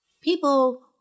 People